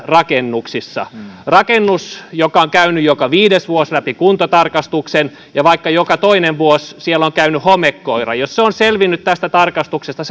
rakennuksissa jos rakennus joka on käynyt joka viides vuosi läpi kuntotarkastuksen ja jossa vaikka joka toinen vuosi on käynyt homekoira on selvinnyt tästä tarkastuksesta